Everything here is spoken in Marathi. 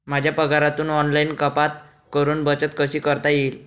माझ्या पगारातून ऑनलाइन कपात करुन बचत कशी करता येईल?